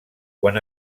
quan